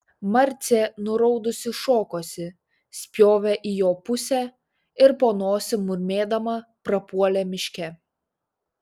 marcė nuraudusi šokosi spjovė į jo pusę ir po nosim murmėdama prapuolė miške